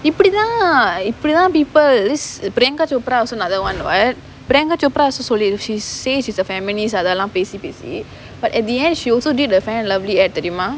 இப்படிதான் இப்படிதான்:ippadithaan ippadithaan people this priyanka chopra also another [one] [what] priyanka chopra சொல்லி:solli she say she's a feminist அதெல்லாம் பேசி பேசி:athellaam pesi pesi but at the end she also did a Fair & Lovely advertisement தெரியுமா:theriyumaa